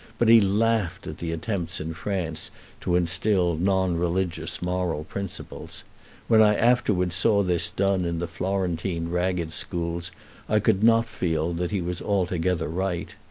but he laughed at the attempts in france to instil non-religious moral principles when i afterwards saw this done in the florentine ragged schools i could not feel that he was altogether right.